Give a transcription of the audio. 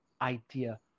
idea